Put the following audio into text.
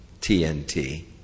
TNT